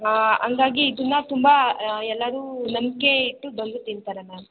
ಹಂಗಾಗಿ ಇದನ್ನು ತುಂಬ ಎಲ್ಲರೂ ನಂಬಿಕೆ ಇಟ್ಟು ಬಂದು ತಿಂತಾರೆ ಮ್ಯಾಮ್